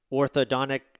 orthodontic